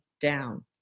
down